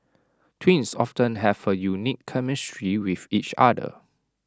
twins often have A unique chemistry with each other